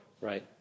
Right